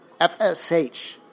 FSH